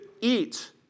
eat